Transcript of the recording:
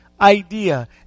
idea